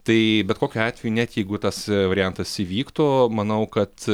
tai bet kokiu atveju net jeigu tas variantas įvyktų manau kad